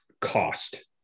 cost